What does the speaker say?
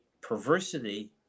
perversity